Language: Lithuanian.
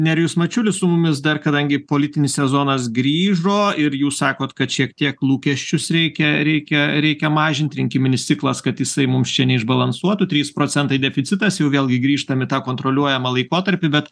nerijus mačiulis su mumis dar kadangi politinis sezonas grįžo ir jūs sakot kad šiek tiek lūkesčius reikia reikia reikia mažint rinkiminis ciklas kad jisai mums čia neišbalansuotų trys procentai deficitas jau vėlgi grįžtam į tą kontroliuojamą laikotarpį bet